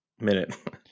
minute